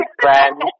friend